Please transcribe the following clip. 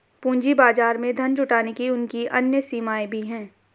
पूंजी बाजार में धन जुटाने की उनकी अन्य सीमाएँ भी हैं